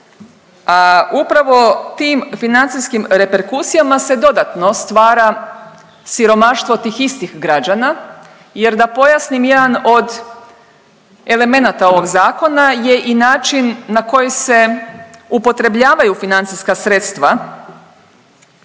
a upravo tim financijskim reperkusijama se dodatno stvara siromaštvo tih istih građana jer da pojasnim jedan od elemenata ovog zakona je i način na koji se upotrebljavaju financijska sredstva,